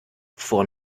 vor